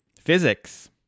Physics